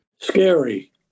Scary